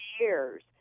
years